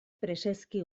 preseski